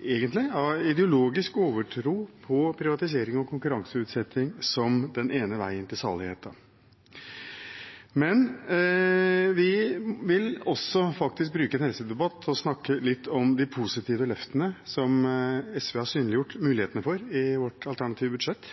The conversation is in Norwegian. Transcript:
egentlig et produkt av en ideologisk overtro på privatisering og konkurranseutsetting som den ene veien til saligheten. Vi vil også bruke en helsedebatt til å snakke litt om de positive løftene som SV har synliggjort mulighetene for i sitt alternative budsjett.